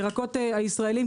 ירקות הישראלים,